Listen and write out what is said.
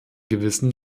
gewissen